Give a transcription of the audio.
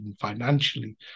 financially